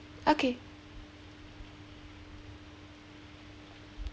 okay